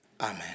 Amen